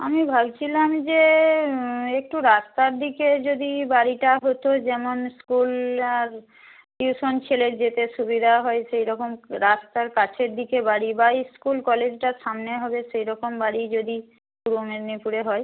আমি ভাবছিলাম যে একটু রাস্তার দিকে যদি বাড়িটা হতো যেমন স্কুল লাগ টিউশন ছেলের যেতে সুবিধা হয়েছে এরকম রাস্তার কাছের দিকে বাড়ি বা ইস্কুল কলেজটা সামনে হবে সেরকম বাড়ি যদি পূর্ব মেদিনীপুরে হয়